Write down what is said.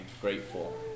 grateful